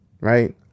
right